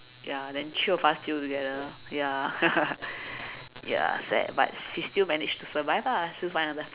ya then three of us still together ya ya sad but she still managed to survive lah still find another